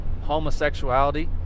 homosexuality